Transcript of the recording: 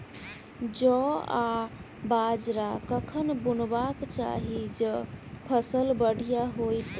जौ आ बाजरा कखन बुनबाक चाहि जँ फसल बढ़िया होइत?